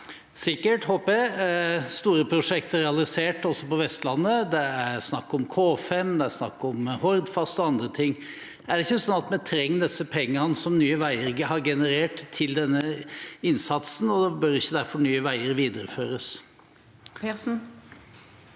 sikkert, håper jeg, ha store prosjekt realisert også på Vestlandet. Det er snakk om K5, Hordfast og andre. Er det ikke sånn at vi trenger pengene som Nye veier har generert, til denne innsatsen, og bør ikke derfor Nye veier videreføres?